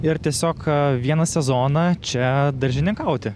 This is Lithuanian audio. ir tiesiog vieną sezoną čia daržininkauti